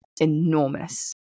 enormous